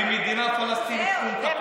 ומדינה פלסטינית קום תקום.